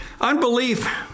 Unbelief